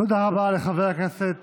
תודה רבה לחבר הכנסת